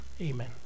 Amen